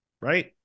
right